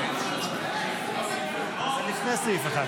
הסתייגות